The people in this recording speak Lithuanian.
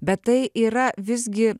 bet tai yra visgi